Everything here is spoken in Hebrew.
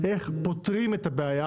תודה רבה.